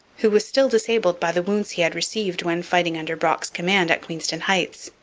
who was still disabled by the wounds he had received when fighting under brock's command at queenston heights.